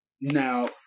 now